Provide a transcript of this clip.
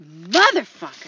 Motherfucker